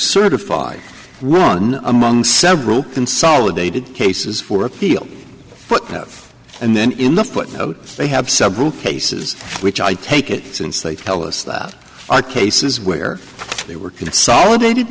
certify run among several consolidated cases for appeal footnotes and then in the footnote they have subgroup cases which i take it since they tell us that our cases where they were consolidated